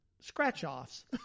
scratch-offs